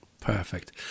perfect